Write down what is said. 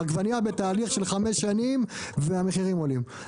העגבנייה בתהליך של חמש שנים, והמחירים עולים.